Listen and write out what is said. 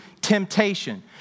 temptation